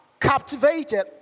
captivated